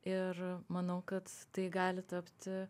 ir manau kad tai gali tapti